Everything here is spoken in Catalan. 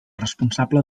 responsable